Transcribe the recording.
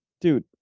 dude